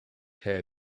hair